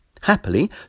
Happily